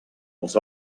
els